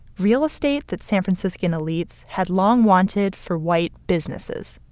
real estate that san franciscan elites had long wanted for white businesses.